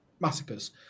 massacres